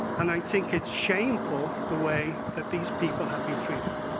and i think it's shameful the way that these people have been treated.